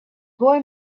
boy